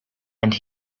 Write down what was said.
and